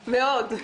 מאוד.